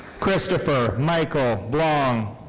christopher michael blong.